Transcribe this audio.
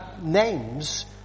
names